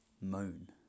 moan